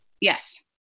Yes